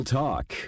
talk